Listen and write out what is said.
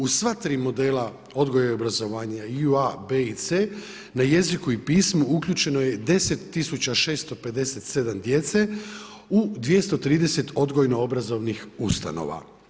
U sva 3 modela odgoja i obrazovanja i u A, B i C na jeziku i pismu uključeno je 10657 djece u 230 odgojno-obrazovnih ustanova.